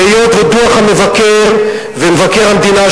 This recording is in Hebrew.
והיות שדוח המבקר ומבקר המדינה,